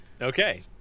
okay